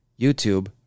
YouTube